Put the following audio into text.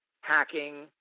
hacking